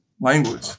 language